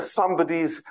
somebody's